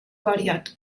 variat